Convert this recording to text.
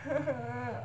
(uh huh)